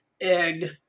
egg